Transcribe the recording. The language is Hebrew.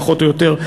פחות או יותר.